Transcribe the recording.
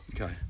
Okay